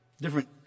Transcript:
Different